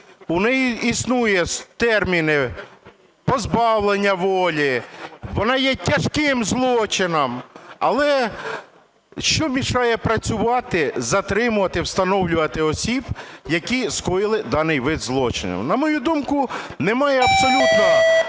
в ній існує термін "позбавлення волі", вона є тяжким злочином. Але що мішає працювати, затримувати, встановлювати осіб, які скоїли даний вид злочину? На мою думку, немає абсолютно